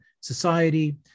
society